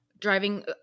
driving